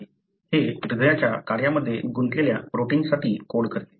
हे हृदयाच्या कार्यामध्ये गुंतलेल्या प्रथिनासाठी कोड करते